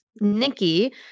Nikki